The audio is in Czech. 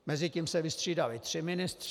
Mezitím se vystřídali tři ministři.